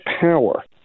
power